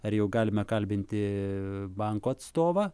ar jau galima kalbinti banko atstovą